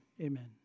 Amen